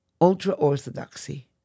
ultra-Orthodoxy